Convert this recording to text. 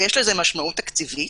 ויש לזה משמעות תקציבית,